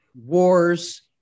wars